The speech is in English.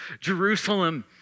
Jerusalem